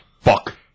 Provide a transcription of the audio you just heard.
fuck